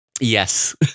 yes